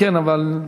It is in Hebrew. כן כן, אבל,